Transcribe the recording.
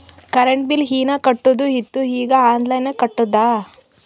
current bill ಹೀನಾ ಕಟ್ಟದು ಇತ್ತು ಈಗ ಆನ್ಲೈನ್ಲೆ ಕಟ್ಟುದ